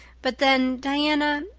but then, diana,